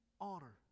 Honor